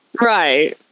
Right